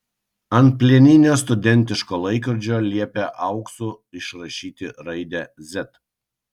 ant plieninio studentiško laikrodžio liepė auksu išrašyti raidę z